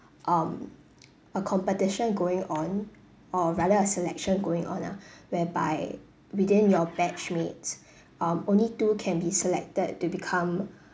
um a competition going on or rather a selection going on ah whereby within your batchmates um only two can be selected to become